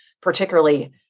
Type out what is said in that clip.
particularly